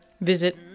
Visit